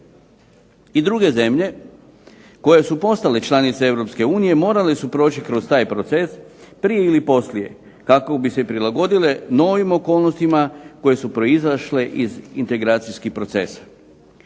I druge zemlje koje su postale članice Europske unije, morale su proći kroz taj proces, prije ili poslije, kako bi se prilagodile novim okolnostima koje su proizašle iz integracijskih procesa.